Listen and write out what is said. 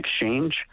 exchange